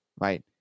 right